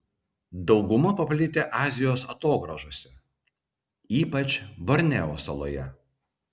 dauguma paplitę azijos atogrąžose ypač borneo saloje